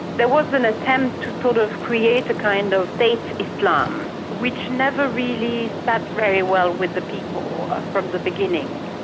there was an attempt to sort of create a kind of state islam, which never really sat very well with the people from the beginning.